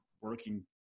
working